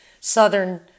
southern